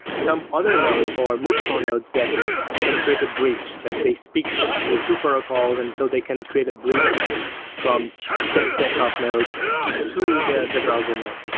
some other nodes or multiple nodes that can create a bridge that they speak the two protocols and so they can create a bridge from that desktop node to the the browser node.